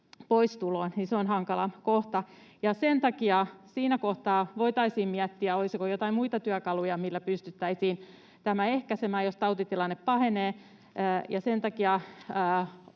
poistuloon, eli se on hankala kohta. Sen takia siinä kohtaa voitaisiin miettiä, olisiko joitain muita työkaluja, millä pystyttäisiin tämä ehkäisemään, jos tautitilanne pahenee. Sen takia